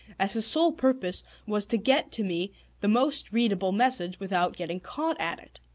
as his sole purpose was to get to me the most readable message without getting caught at it.